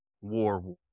war